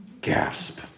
Gasp